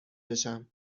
بشم